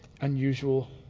unusual